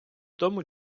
тому